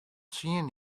tsien